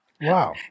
Wow